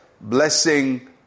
blessing